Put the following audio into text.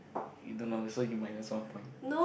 you don't know so you minus one point